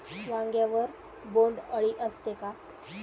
वांग्यावर बोंडअळी असते का?